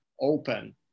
open